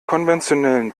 konventionellen